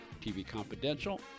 tvconfidential